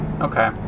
okay